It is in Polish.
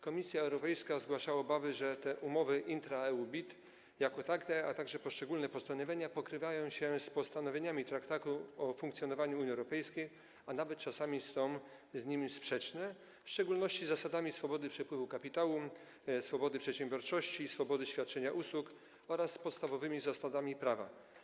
Komisja Europejska zgłaszała obawy, że umowy intra-EU BIT jako takie, a także ich poszczególne postanowienia pokrywają się z postanowieniami Traktatu o funkcjonowaniu Unii Europejskiej, a czasami nawet są z nimi sprzeczne, w szczególności z zasadami swobody przepływu kapitału, swobody przedsiębiorczości, swobody świadczenia usług oraz z podstawowymi zasadami prawa.